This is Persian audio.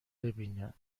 ببیند